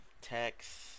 text